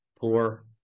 poor